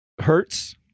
Hertz